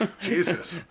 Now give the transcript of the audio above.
Jesus